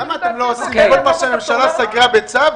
למה אתם לא עושים שכל מה שהממשלה סגרה בצו,